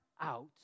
out